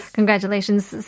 Congratulations